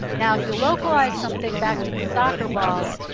now, if you localize something back to the soccer balls,